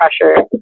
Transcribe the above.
pressure